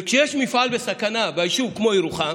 וכשיש מפעל בסכנה, ביישוב כמו ירוחם,